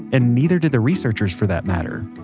and neither did the researchers, for that matter.